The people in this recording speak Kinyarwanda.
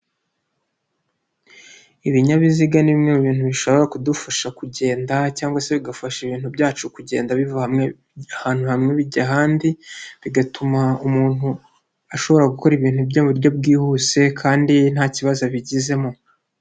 Ibinyabiziga nimwe mu bintu bishobora kudufasha kugenda, cyangwa se bigafasha ibintu byacu kugenda biva hamwe, ahantu hamwe bijya ahandi, bigatuma umuntu ashobora gukora ibintu bye mu buryo bwihuse kandi ntabazo abigizemo.